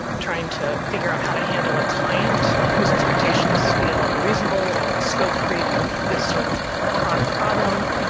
trying to figure out how to handle a client whose expectations feel unreasonable or a scope creep is sort of a chronic problem